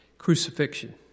Crucifixion